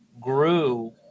grew